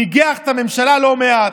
ניגח את הממשלה לא מעט.